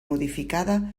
modificada